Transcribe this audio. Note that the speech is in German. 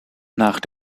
nach